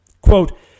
Quote